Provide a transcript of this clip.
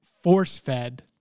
force-fed